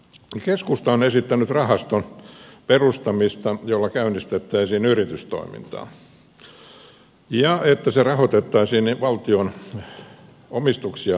keskusta on esittänyt rahaston perustamista jolla käynnistettäisiin yritystoimintaa ja sitä että se rahoitettaisiin valtion omistuksia myymällä